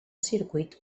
circuit